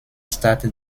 stadt